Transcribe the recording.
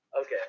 Okay